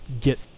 get